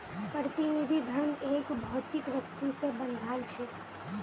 प्रतिनिधि धन एक भौतिक वस्तु से बंधाल छे